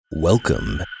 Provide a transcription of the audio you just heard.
Welcome